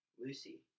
lucy